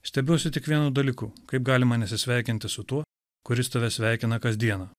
stebiuosi tik vienu dalyku kaip galima nesisveikinti su tuo kuris tave sveikina kas dieną